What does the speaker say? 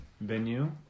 venue